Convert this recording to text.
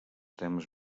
temes